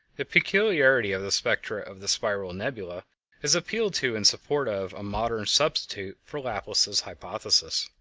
the peculiarity of the spectra of the spiral nebulae is appealed to in support of a modern substitute for laplace's hypothesis.